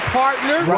partner